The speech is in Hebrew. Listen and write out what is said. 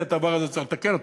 והדבר הזה, צריך לתקן אותו,